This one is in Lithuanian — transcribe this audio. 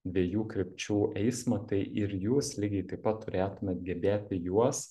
dviejų krypčių eismą tai ir jūs lygiai taip pat turėtumėt gebėti juos